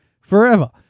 forever